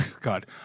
God